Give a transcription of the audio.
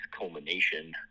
culmination